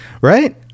Right